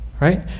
right